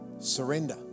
Surrender